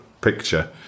picture